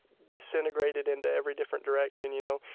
disintegrated into every different direction, you know?